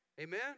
Amen